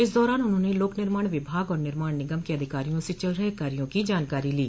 इस दौरान उन्होंने लोक निर्माण विभाग और निर्माण निगम के अधिकारियों से चल रहे कार्यो की जानकारी ली